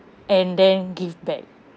and then give back